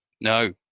No